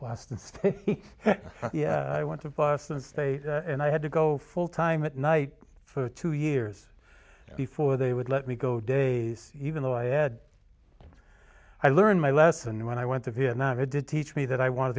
and i went to boston state and i had to go full time at night for two years before they would let me go days even though i add i learned my lesson when i went to vietnam i did teach me that i wanted